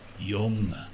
young